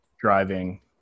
driving